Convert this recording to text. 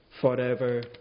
forever